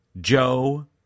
Joe